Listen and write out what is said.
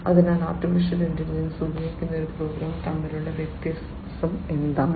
അതിനാൽ AI ഉപയോഗിക്കുന്ന ഒരു പ്രോഗ്രാം തമ്മിലുള്ള വ്യത്യാസം എന്താണ്